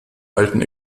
alten